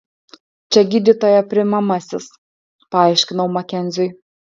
čia gydytojo priimamasis paaiškinau makenziui